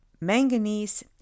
manganese